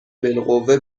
بالقوه